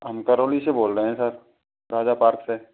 हम करौली से बोल रहें हैं सर राजा पार्क से